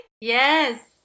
Yes